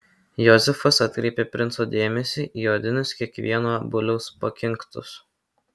jozefas atkreipė princo dėmesį į odinius kiekvieno buliaus pakinktus